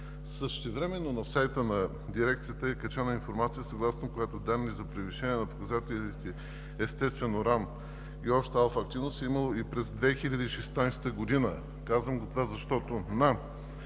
Същевременно на сайта на Дирекцията е качена информация, съгласно която данни за превишение на показателите естествен уран и обща алфа-активност е имало и през 2016 г. Казвам го, защото на